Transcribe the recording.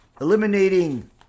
eliminating